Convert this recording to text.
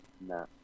No